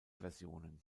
versionen